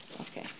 okay